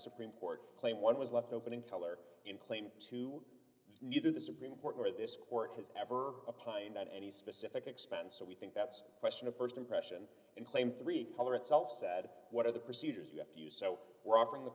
supreme court claim one was left open in color in claim to either the supreme court or this court has ever a pine that any specific expense so we think that's a question of st impression and claim three other itself said what are the procedures you have to use so we're offering the